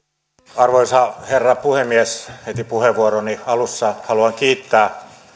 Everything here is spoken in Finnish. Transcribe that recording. arvoisa herra puhemies heti puheenvuoroni alussa haluan kiittää